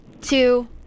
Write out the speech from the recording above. two